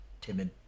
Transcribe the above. timid